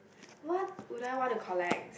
what would I want to collect